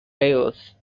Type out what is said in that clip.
players